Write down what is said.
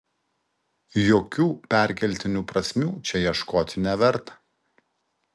jokių perkeltinių prasmių čia ieškoti neverta